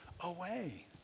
away